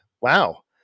wow